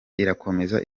irakomeza